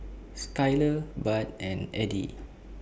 Skyler Bart and Eddy